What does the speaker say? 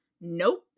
Nope